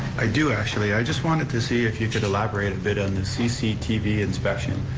i do, actually. i just wanted to see if you could elaborate a bit on the cctv inspection.